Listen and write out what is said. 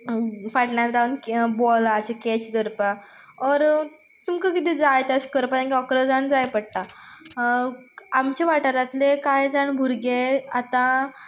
फाटल्यान रावन बॉलाची कॅच धरपा ओर तुमकां कितें जाय तेश करपा इकरा जाण जाय पडटा आमचे वाठारांतले कांय जाण भुरगे आतां